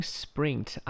sprint